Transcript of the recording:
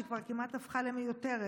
שכבר כמעט הפכה למיותרת.